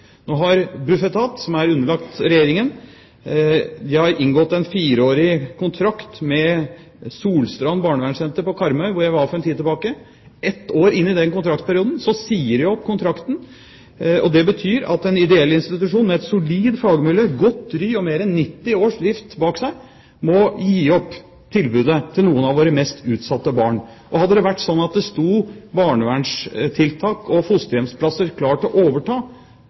Nå har Bufetat, som er underlagt Regjeringen, inngått en fireårig kontrakt med Solstrand Barnevernsenter på Karmøy, hvor jeg var for en tid tilbake. Ett år inne i den kontraktsperioden sier de opp kontrakten, og det betyr at en ideell institusjon med et solid fagmiljø, godt ry og nær 90 års drift bak seg må gi opp tilbudet til noen av våre mest utsatte barn. Hadde det vært sånn at det sto barnevernstiltak og fosterhjemsplasser klar til å overta,